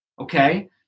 Okay